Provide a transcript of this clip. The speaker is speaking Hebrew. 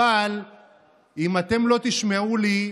אבל אם אתם לא תשמעו לי,